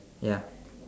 ya